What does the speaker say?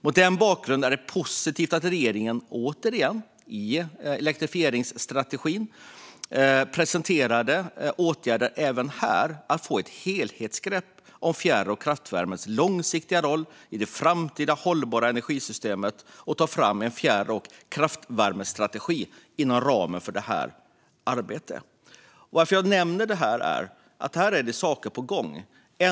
Mot den bakgrunden är det positivt att regeringen, återigen, i elektrifieringsstrategin presenterade åtgärder för att ta ett helhetsgrepp om fjärr och kraftvärmens långsiktiga roll i det framtida hållbara energisystemet och ta fram en fjärr och kraftvärmestrategi inom ramen för det här arbetet. Anledningen till att jag nämner detta är att det är saker på gång här.